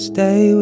Stay